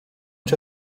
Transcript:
cię